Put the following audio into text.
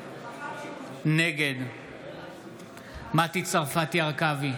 נגד מטי צרפתי הרכבי,